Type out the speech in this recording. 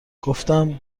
گفتم